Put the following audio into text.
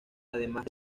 además